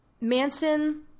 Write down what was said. Manson